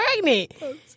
pregnant